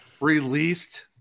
released